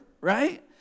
right